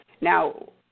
Now